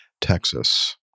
Texas